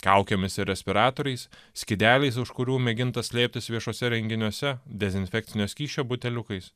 kaukėmis ir respiratoriais skydeliais už kurių mėginta slėptis viešuose renginiuose dezinfekcinio skysčio buteliukais